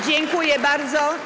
Dziękuję bardzo.